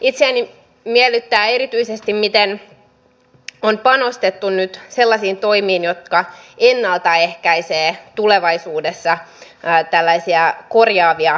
itseäni miellyttää erityisesti miten on panostettu nyt sellaisiin toimiin jotka ennalta ehkäisevät tulevaisuudessa tällaisia korjaavia palveluita